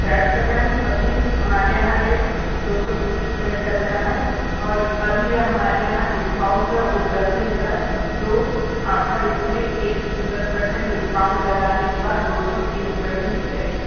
crab का ma'am अभी हमारे यहाँ रेट दो सौ तीस रुपये चल रहा है और अभी यहाँ हमारे यहाँ डिस्काउंट में उपलब्ध हैं क्रैब तो आपका उसमे दस पर्सेंट डिस्काउंट लगाने के बाद दो सौ तीन रुपये में दी जाएगी